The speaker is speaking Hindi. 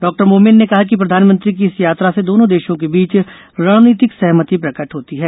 डॉक्टर मोमेन ने कहा कि प्रधानमंत्री की इस यात्रा से दोनों देशों के बीच रणनीतिक सहमति प्रकट होती है